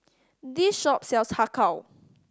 this shop sells Har Kow